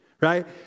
right